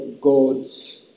God's